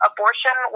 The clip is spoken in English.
Abortion